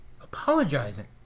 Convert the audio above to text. apologizing